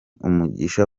umugisha